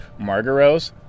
Margaros